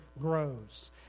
grows